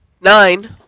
Nine